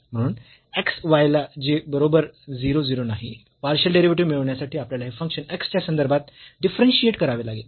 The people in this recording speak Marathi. म्हणून x y ला जे बरोबर 0 0 नाही पार्शियल डेरिव्हेटिव्ह मिळविण्यासाठी आपल्याला हे फंक्शन x च्या संदर्भात डिफरन्शियेट करावे लागेल